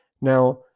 Now